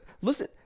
Listen